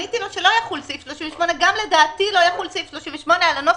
גם לדעתי לא יחול סעיף 38 על הנוסח,